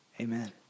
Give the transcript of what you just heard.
Amen